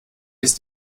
ist